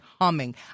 humming